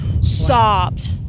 Sobbed